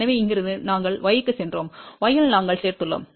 எனவே இங்கிருந்து நாங்கள் y க்குச் சென்றோம் y இல் நாங்கள் சேர்த்துள்ளோம்